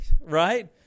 right